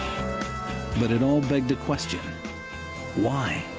but it all begged a question why?